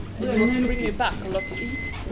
and you was to bring me back a lot to eat?